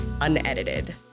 unedited